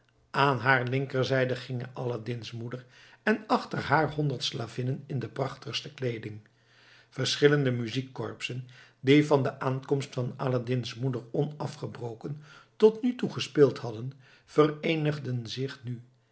aan haar linkerzijde ging aladdin's moeder en achter haar honderd slavinnen in de prachtigste kleeding verschillende muziekkorpsen die van de aankomst van aladdin's moeder onafgebroken tot nu toe gespeeld hadden vereenigden zich nu